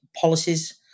policies